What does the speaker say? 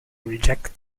reject